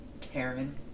Karen